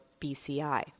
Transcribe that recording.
BCI